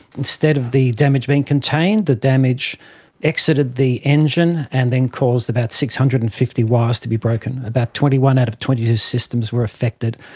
instead of the damage being contained, the damage exited the engine and then caused about six hundred and fifty wires to be broken, about twenty one out of twenty two systems were affected,